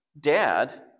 dad